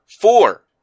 four